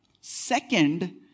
Second